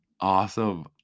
Awesome